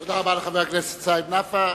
תודה רבה לחבר הכנסת סעיד נפאע.